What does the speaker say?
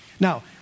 Now